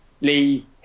Lee